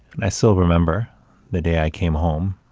and i still remember the day i came home,